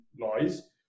lies